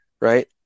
right